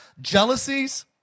jealousies